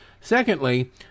secondly